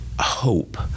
Hope